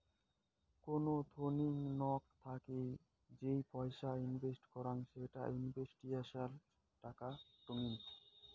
কোন থোংনি নক থাকি যেই পয়সা ইনভেস্ট করং সেটা ইনস্টিটিউশনাল টাকা টঙ্নি